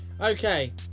okay